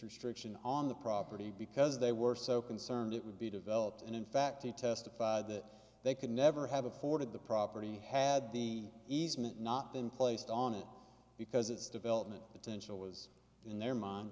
restriction on the property because they were so concerned it would be developed and in fact he testified that they could never have afforded the property had the easement not been placed on it because its development potential was in their mind